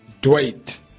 dwight